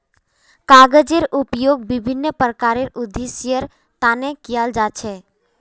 कागजेर उपयोग विभिन्न प्रकारेर उद्देश्येर तने कियाल जा छे